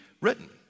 written